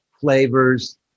flavors